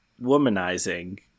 womanizing